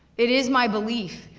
it is my belief,